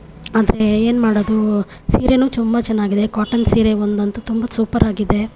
ಆದರೆ ಏನು ಮಾಡೋದು ಸೀರೆಯೂ ತುಂಬ ಚೆನ್ನಾಗಿದೆ ಕಾಟನ್ ಸೀರೆ ಒಂದಂತೂ ತುಂಬ ಸೂಪರ್ ಆಗಿದೆ